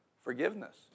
Forgiveness